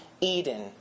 Eden